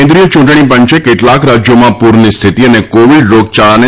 કેન્દ્રિય ચૂંટણી પંચે કેટલાક રાજ્યોમાં પૂરની સ્થિતિ અને કોવિડ રોગયાળાને